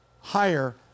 higher